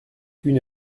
une